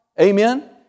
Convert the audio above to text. Amen